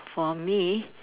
for me